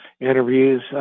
interviews